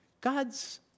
God's